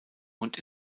und